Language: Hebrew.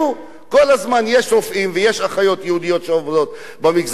כל הזמן יש רופאים ויש אחיות יהודיות שעובדות במגזר הערבי,